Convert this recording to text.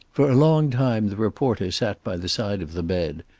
for a long time the reporter sat by the side of the bed,